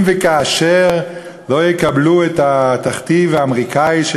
אם וכאשר לא יקבלו את התכתיב האמריקני,